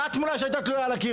מה התמונה שהייתה על הקיר?